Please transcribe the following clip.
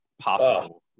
possible